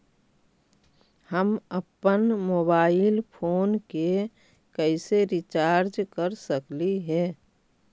हम अप्पन mobile phone के कैसे रिचार्ज कर सकली हे?